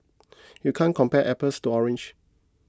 you can't compare apples to oranges